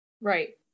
right